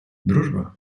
дружба